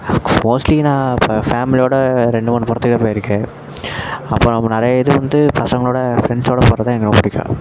mostly நான் இப்போ ஃபேம்லியோடு ரெண்டு மூணு படத்துக்கு போய்ருக்கேன் அப்பறம் நம்ம நிறைய இது வந்து பசங்களோடு ஃப்ரெண்ட்ஸோடு போகிறது தான் எனக்கு ரொம்ப பிடிக்கும்